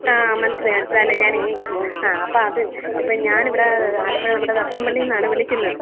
ആ മനസ്സിലായി മനസ്സിലായി അല്ല ഞാനേ ആ അപ്പോൾ അത് ഇപ്പോൾ ഞാൻ ഇവിടെ ആലപ്പുഴ നമ്മുടെ തട്ടംപള്ളി നിന്നാണ് വിളിക്കുന്നത്